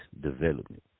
development